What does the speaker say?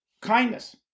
kindness